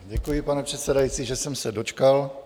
Děkuji, pane předsedající, že jsem se dočkal.